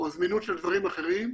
או זמינות של דברים אחרים.